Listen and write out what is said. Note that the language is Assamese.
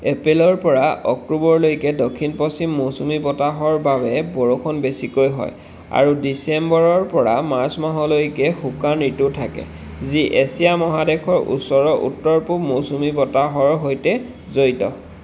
এপ্ৰিলৰ পৰা অক্টোবৰলৈকে দক্ষিণ পশ্চিম মৌচুমী বতাহৰ বাবে বৰষুণ বেছিকৈ হয় আৰু ডিচেম্বৰৰ পৰা মাৰ্চ মাহলৈকে শুকান ঋতু থাকে যি এছিয়া মহাদেশৰ ওচৰৰ উত্তৰ পূব মৌচুমী বতাহৰ সৈতে জড়িত